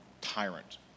tyrant